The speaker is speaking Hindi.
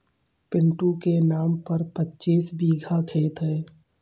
पिंटू के नाम पर पच्चीस बीघा खेत है